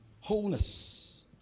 wholeness